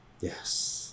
Yes